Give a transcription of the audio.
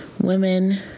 Women